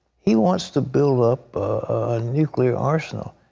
he wants to build up a nuclear arsenal.